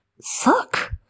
suck